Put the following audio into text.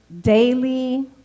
daily